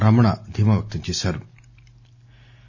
రమణ ధీమా వ్యక్తం చేశారు